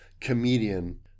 comedian